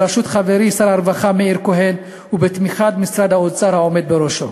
בראשות חברי שר הרווחה מאיר כהן ובתמיכת משרד האוצר והעומד בראשו.